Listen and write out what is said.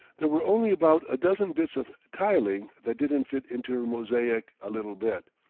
there were only about a dozen bits of tiling that didn't fit into her mosaic a little bit.